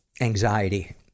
anxiety